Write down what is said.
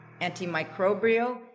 antimicrobial